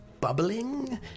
bubbling